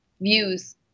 views